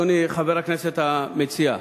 אדוני חבר הכנסת המציע,